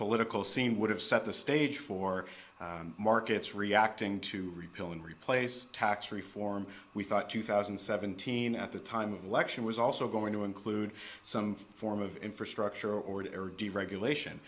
political scene would have set the stage for markets reacting to repeal and replace tax reform we thought two thousand and seventeen at the time of lection was also going to include some form of infrastructure or to air deregulation